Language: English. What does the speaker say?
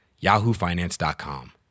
yahoofinance.com